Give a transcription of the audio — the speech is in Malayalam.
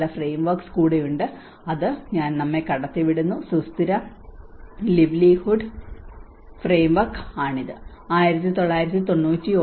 ചില ഫ്രെയിംവർക്സ് കൂടിയുണ്ട് അത് ഞാൻ നമ്മെ കടത്തിവിടുന്നു സുസ്ഥിര ലിവേലിഹുഡ്സ് ഫ്രെയിംവർക് ആണത്